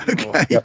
Okay